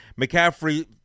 McCaffrey